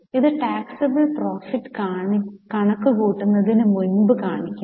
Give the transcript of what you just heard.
ഇത് taxable profit കണക്കു കൂട്ടുന്നതിനു മുൻപ് കാണിക്കണം